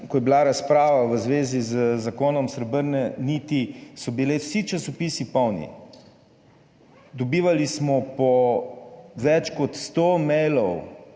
ko je bila razprava v zvezi z zakonom srebrne niti, so bili vsi časopisi polni, dobivali smo po več kot sto mailov.